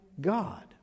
God